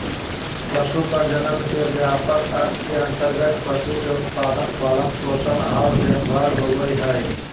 पशु प्रजनन के व्यापक अर्थ के अंतर्गत पशु के उत्पादन, पालन पोषण आर देखभाल होबई हई